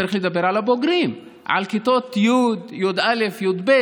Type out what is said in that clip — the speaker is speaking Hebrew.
צריך לדבר על הבוגרים, על כיתות י', י"א, י"ב,